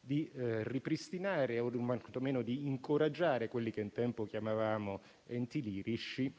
di ripristinare o quanto meno di incoraggiare quelli che un tempo chiamavamo enti lirici